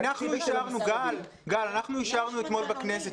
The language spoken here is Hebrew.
אישרנו אתמול בכנסת,